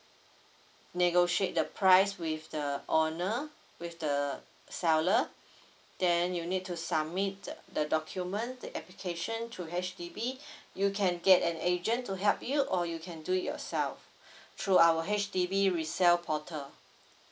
negotiate the price with the owner with the seller then you need to submit the the document the application to H_D_B you can get an agent to help you or you can do it yourself through our H_D_B resell portal